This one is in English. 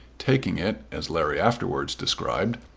taking it, as larry afterwards described,